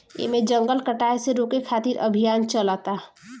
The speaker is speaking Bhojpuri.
एमे जंगल कटाये से रोके खातिर अभियान चलता